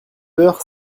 heures